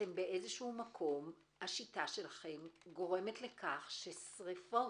אתם באיזשהו מקום, השיטה שלכם גורמת לכך ששריפות,